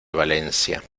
valencia